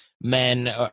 men